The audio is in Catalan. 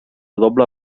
doble